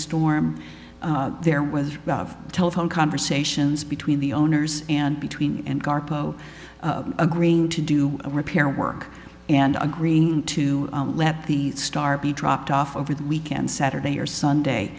storm there was telephone conversations between the owners and between and garko agreeing to do a repair work and agreeing to let the start be dropped off over the weekend saturday or sunday